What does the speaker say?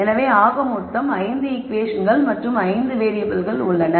எனவே ஆக மொத்தம் 5 ஈகுவேஷன்கள் மற்றும் 5 வேறியபிள்கள் உள்ளன